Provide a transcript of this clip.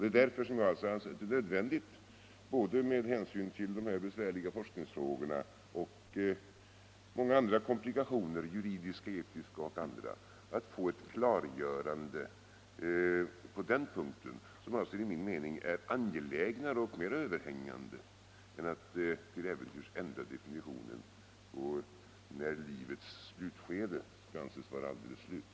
Det är därför jag ansett det nödvändigt både med hänsyn till de här besvärliga forskningsfrågorna och många andra komplikationer — juridiska, etiska och andra — att få ett klargörande på den punkten, som alltså enligt min mening är angelägnare och mer överhängande än att till äventyrs ändra definitionen på när livet skall anses vara alldeles slut.